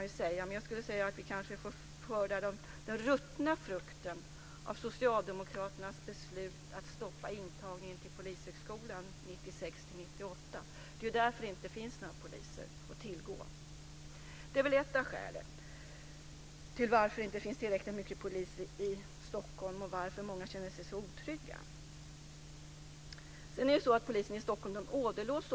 Jag vill säga att vi nu får skörda den ruttna frukten av Polishögskolan 1996-98. Det är därför det inte finns några poliser att tillgå. Det är ett av skälen till att det inte finns tillräckligt många poliser i Stockholm och till att många känner sig otrygga. Polisen i Stockholm åderlåts.